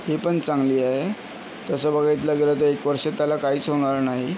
ही पण चांगली आहे तसं बघितलं गेलं तर एक वर्ष त्याला काहीच होणार नाही